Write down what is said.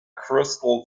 crystal